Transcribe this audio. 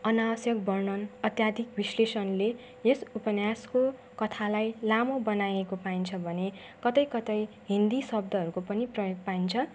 अनावश्यक वर्णन् अत्याधिक विश्लेषणले यस उपन्यासको कथालाई लामो बनाएको पाइन्छ भने कतै कतै हिन्दी शब्दहरूको पनि प्रयोग पाइन्छ